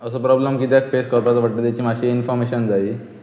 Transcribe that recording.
असो प्रोबलम कित्याक फेस करचो पडटा तेची मातशी इनफर्मेशन जायी